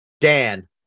Dan